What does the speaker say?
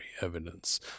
evidence